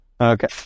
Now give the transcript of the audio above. Okay